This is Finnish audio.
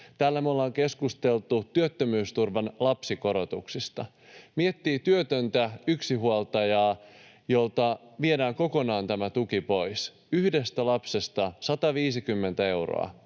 Täällä me olemme keskustelleet työttömyysturvan lapsikorotuksista. Kun miettii työtöntä yksinhuoltajaa, jolta viedään kokonaan tämä tuki pois, yhdestä lapsesta 150 euroa